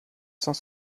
cent